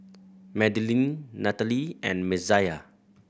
Madilynn Natalee and Messiah